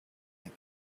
the